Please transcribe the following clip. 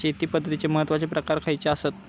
शेती पद्धतीचे महत्वाचे प्रकार खयचे आसत?